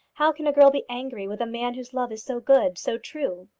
how can a girl be angry with a man whose love is so good, so true?